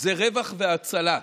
זה רווח והצלה.